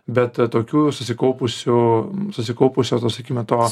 bet tokių susikaupusių susikaupusios tos sakime